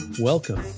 welcome